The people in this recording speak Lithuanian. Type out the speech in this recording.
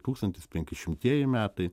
tūkstantis penki šimtieji metai